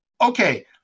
okay